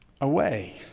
away